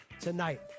tonight